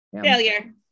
failure